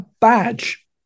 badge